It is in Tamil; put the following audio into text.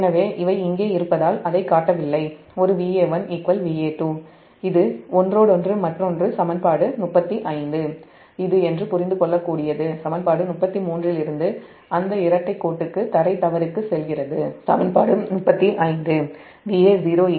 எனவே இவை இங்கே இருப்பதால் அதைக் காட்டவில்லை ஒரு Va1 Va2 இது ஒன்றோடொன்று மற்றொன்று சமன்பாடு 35 என்று புரிந்து கொள்ளக்கூடியது சமன்பாடு 33 இலிருந்து Va0 Va1 3 அந்த இரட்டைக் கோட்டுக்குத் தரைத் தவறுக்குச் சமன்பாடு 35 செல்கிறது